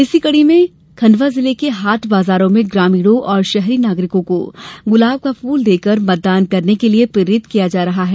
इसी कड़ी मे खण्डवा जिले के हाट बाजारो में ग्रामीणों और शहरी नागरिकों को गुलाब का फूल देकर मतदान करने हेत् प्रेरित किया जा रहा है